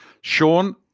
Sean